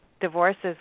divorces